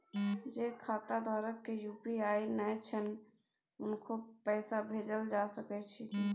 जे खाता धारक के यु.पी.आई नय छैन हुनको पैसा भेजल जा सकै छी कि?